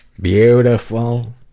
Beautiful